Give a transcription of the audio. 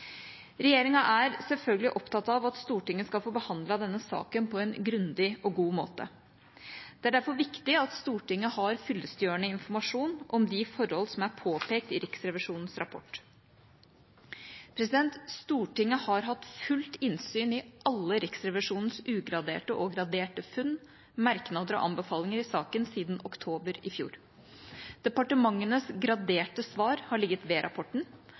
Regjeringa er selvfølgelig opptatt av at Stortinget skal få behandlet denne saken på en grundig og god måte. Det er derfor viktig at Stortinget har fyllestgjørende informasjon om de forhold som er påpekt i Riksrevisjonens rapport. Stortinget har hatt fullt innsyn i alle Riksrevisjonens ugraderte og graderte funn, merknader og anbefalinger i saken siden oktober i fjor. Departementenes graderte svar har ligget ved rapporten,